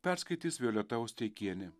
perskaitys violeta osteikienė